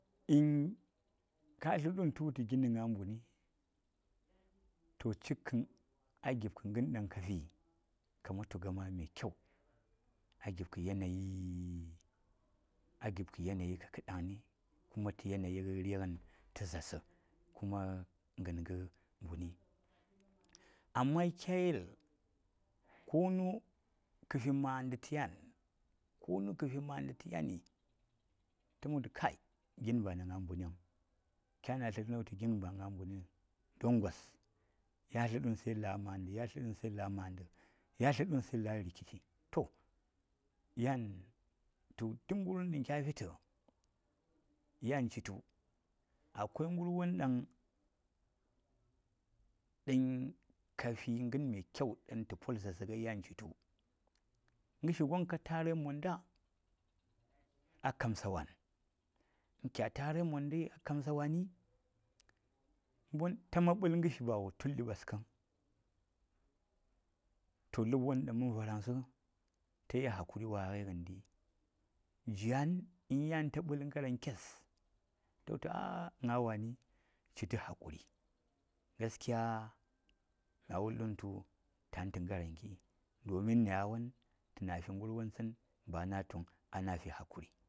﻿en Kan tla dwun ta wultu gin na gna mbuni toh cik kan a gib kə gan dang kafi ka man tug ama mai kyau, a gib ka yanayi dangani kuma ta yanayi rigan ta zaarsa kuma ganga mbuni amma kya yel konu kefi maanda ta yan konu kafi maada ta yani taman wultu kai: gin bana gna mbin vung; kya na tla ta wultu gin ba na gna mbuni vung don gos ta tla duun sai laa manda. Ya tla dan sai laa nandta tla duun sai laa rikici, toh yan tu duk garwon dang kyafita yan citu, akwan garwon dang dang kafi gan mai kyau dang ta pol zaarsə ngal yan citu gərshi gon ka tarai monda a kamsawan hi kya tarai in kya tarai mondai a kamsawani, mbuni taman ɓal garshi ba wo tuldi ɓaskang to labwon dang man varangsa tayel hakuri wan gai gendi, jwan yan ta ɓah ngarankes ta wultu ahh gna wani cita hakuri. Gaskiya mya wuldun tu a tata ngaranki domin nayawon tana fi ngarwon tsan ba ana tung amafi fi hakuri.